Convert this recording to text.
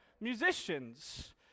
Musicians